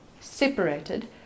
separated